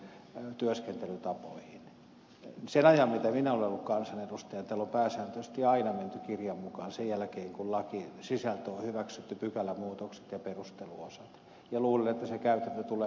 sen ajan mitä minä olen ollut kansanedustaja täällä on pääsääntöisesti aina menty kirjan mukaan sen jälkeen kun lain sisältö on hyväksytty pykälämuutokset ja perusteluosat ja luulen että se käytäntö tulee jatkumaan tästä eteenpäin